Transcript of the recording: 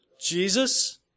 Jesus